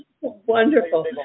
Wonderful